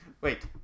Wait